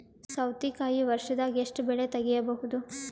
ಸೌತಿಕಾಯಿ ವರ್ಷದಾಗ್ ಎಷ್ಟ್ ಬೆಳೆ ತೆಗೆಯಬಹುದು?